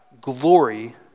glory